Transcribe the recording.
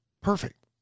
Perfect